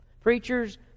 Preachers